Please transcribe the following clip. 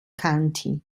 county